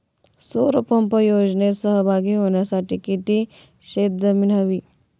सौर पंप योजनेत सहभागी होण्यासाठी किती शेत जमीन हवी?